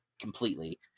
completely